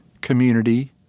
community